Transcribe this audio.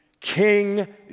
King